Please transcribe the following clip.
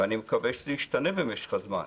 ואני מקווה שזה ישתנה במשך הזמן.